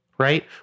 right